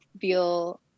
feel